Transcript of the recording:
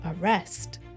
arrest